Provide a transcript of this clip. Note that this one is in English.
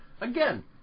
Again